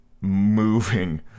moving